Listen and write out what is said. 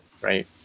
right